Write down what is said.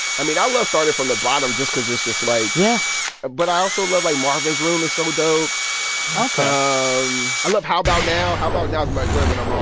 i mean, i love started from the bottom just because it's just like. yeah but i also love like, marvins room is so dope ok um i love how about now. how about now is my joint when i'm on,